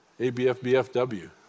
ABFBFW